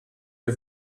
wir